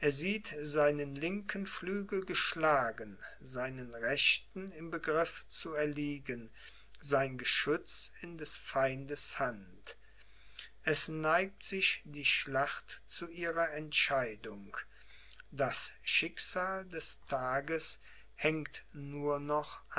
seinen linken flügel geschlagen seinen rechten im begriff zu erliegen sein geschütz in des feindes hand es neigt sich die schlacht zu ihrer entscheidung das schicksal des tages hängt nur noch